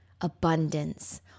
abundance